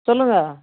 சொல்லுங்கள்